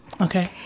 Okay